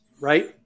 right